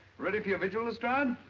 ready for your vigil lestrade?